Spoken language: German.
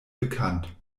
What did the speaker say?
bekannt